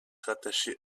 rattaché